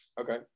Okay